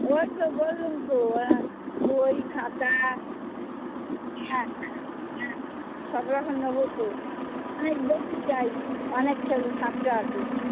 ওই তো বললুম তো বই খাতা হ্যাঁ হ্যাঁ হ্যাঁ সব রকম নেবো তো অনেক বেশি চাই অনেক ছেলে ছাত্র আছে